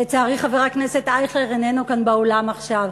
לצערי, חבר הכנסת אייכלר איננו כאן באולם עכשיו.